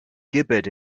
gibbered